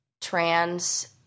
trans